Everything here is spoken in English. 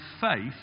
faith